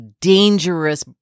dangerous